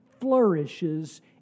flourishes